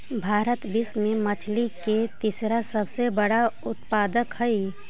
भारत विश्व में मछली के तीसरा सबसे बड़ा उत्पादक हई